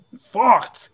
fuck